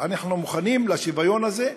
אנחנו מוכנים לשוויון הזה.